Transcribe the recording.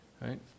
right